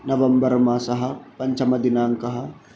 नवम्बर्मासः पञ्चमदिनाङ्कः